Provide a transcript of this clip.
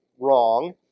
wrong